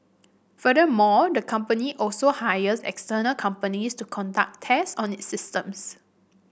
furthermore the company also hires external companies to conduct test on its systems